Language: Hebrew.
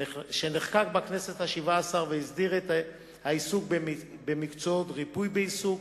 שנחקק בכנסת השבע-עשרה והסדיר את העיסוק במקצועות ריפוי בעיסוק,